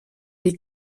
les